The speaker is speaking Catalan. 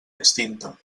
extinta